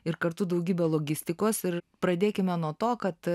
ir kartu daugybę logistikos ir pradėkime nuo to kad